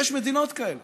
יש מדינות כאלה